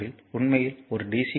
3 உண்மையில் ஒரு டி